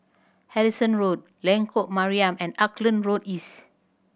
Harrison Road Lengkok Mariam and Auckland Road East